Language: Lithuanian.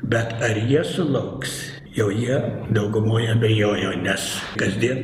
bet ar jie sulauks jau jie daugumoj abejojo nes kasdien